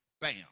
bam